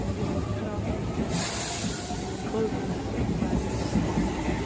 and just need to cut off this bit of excess and then close the rest of the side that is underneath